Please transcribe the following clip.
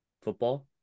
football